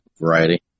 variety